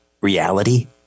reality